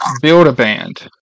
build-a-band